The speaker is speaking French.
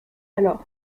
alors